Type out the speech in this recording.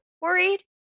worried